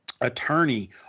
attorney